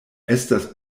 estas